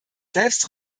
selbst